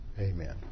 Amen